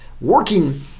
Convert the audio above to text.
working